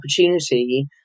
opportunity